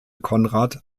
konrad